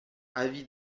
avis